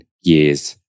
years